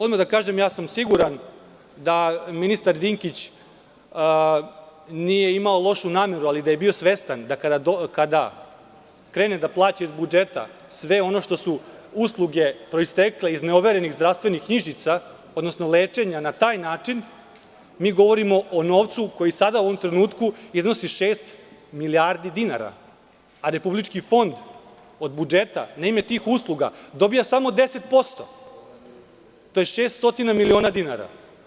Odmah ću vam reći da ministar Dinkić nije imao lošu nameru, ali da je bio svestan da kada krene da plaća iz budžeta sve ono što su usluge proistekle iz neoverenih zdravstvenih knjižica, odnosno lečenja na taj način, mi govorimo o novcu koji sada u ovom trenutku iznosi šest milijardi dinara, a Republički fond od budžeta na ime tih usluga dobija samo 10%, što je 600 miliona dinara.